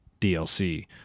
dlc